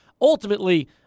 ultimately